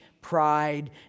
pride